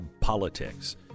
Politics